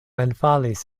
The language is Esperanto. enfalis